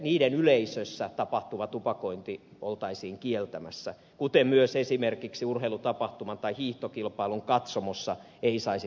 niiden yleisössä tapahtuva tupakointi oltaisiin kieltämässä kuten myöskään esimerkiksi urheilutapahtuman tai hiihtokilpailun katsomossa ei saisi polttaa tupakkaa